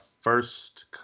first